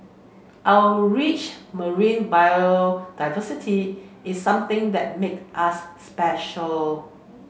our rich marine biodiversity is something that make us special